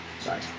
Sorry